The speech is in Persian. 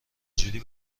جوری